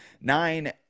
nine